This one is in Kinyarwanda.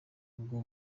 ubwo